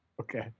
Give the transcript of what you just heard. Okay